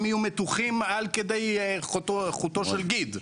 הם יהיו מתוחים עד כדי חוטו של גיד.